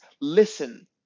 listen